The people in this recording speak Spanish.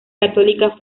católica